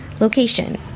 Location